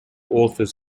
authors